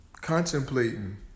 Contemplating